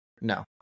No